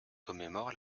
commémore